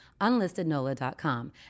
unlistednola.com